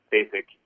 basic